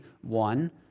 one